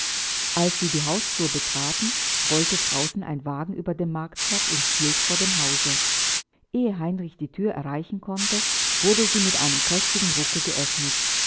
als sie die hausflur betraten rollte draußen ein wagen über den marktplatz und hielt vor dem hause ehe heinrich die thür erreichen konnte wurde sie mit einem kräftigen rucke geöffnet